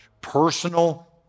personal